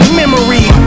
memory